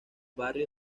barrio